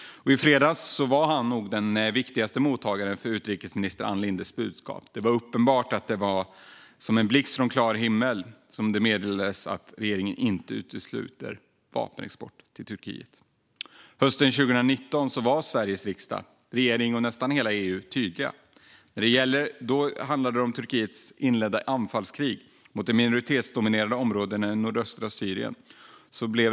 I fredags var han nog den viktigaste mottagaren för utrikesminister Ann Lindes budskap. Och som en blixt från klar himmel meddelades det att regeringen inte utesluter vapenexport till Turkiet. Hösten 2019 var Sveriges riksdag, regeringen och nästan hela EU tydliga. Då handlade det om det anfallskrig som Turkiet inlett mot de minoritetsdominerade områdena i nordöstra Syrien.